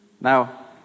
Now